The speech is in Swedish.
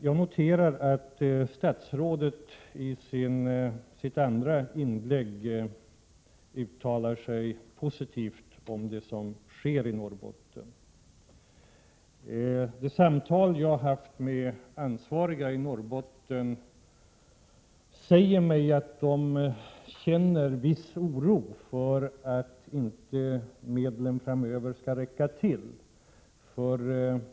Jag noterar att statsrådet i sitt andra inlägg uttalar sig positivt om det som sker i Norrbotten. De samtal jag har haft med ansvariga i Norrbotten säger mig att de känner en viss oro för att medlen framöver inte skall räcka till.